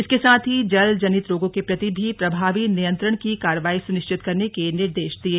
इसके साथ ही जल जनित रोगों के प्रति भी प्रभावी नियंत्रण की कार्रवाई सुनिश्चित करने के निर्देश दिये